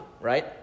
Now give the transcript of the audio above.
right